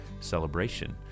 celebration